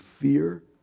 fear